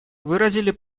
выразили